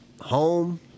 home